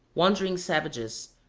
wandering savages,